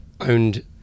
owned